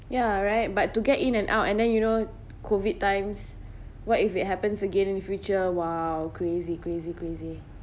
ya right but to get in and out and then you know COVID times what if it happens again in future !wow! crazy crazy crazy